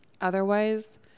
otherwise